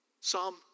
Psalm